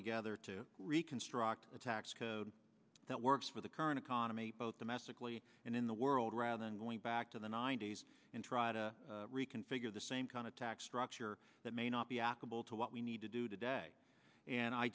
together to reconstruct the tax code that works for the current economy both domestically and in the world rather than going back to the ninety's and try to reconfigure the same kind of tax structure that may not be a quibble to what we need to do today and i